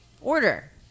order